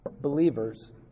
believers